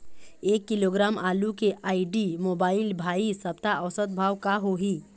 एक किलोग्राम आलू के आईडी, मोबाइल, भाई सप्ता औसत भाव का होही?